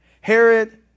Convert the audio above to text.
Herod